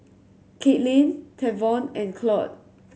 Katelynn Tavon and Claude